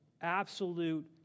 absolute